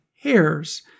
Hairs